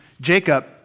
Jacob